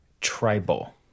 tribal